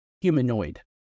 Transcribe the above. Humanoid